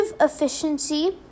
efficiency